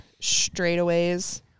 straightaways